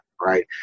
right